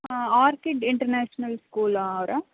ಹಾಂ Orchid International ಸ್ಕೂಲವ್ರಾ